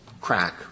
crack